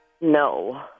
No